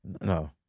No